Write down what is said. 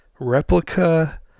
replica